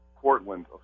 Portland